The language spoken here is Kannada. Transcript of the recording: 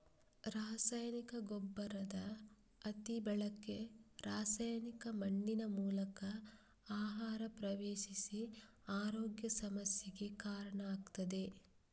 ರಾಸಾಯನಿಕ ಗೊಬ್ಬರದ ಅತಿ ಬಳಕೆ ರಾಸಾಯನಿಕ ಮಣ್ಣಿನ ಮೂಲಕ ಆಹಾರ ಪ್ರವೇಶಿಸಿ ಆರೋಗ್ಯ ಸಮಸ್ಯೆಗೆ ಕಾರಣ ಆಗ್ತದೆ